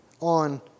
on